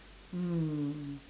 hmm